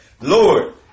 Lord